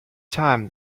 time